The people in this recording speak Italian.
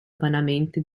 vanamente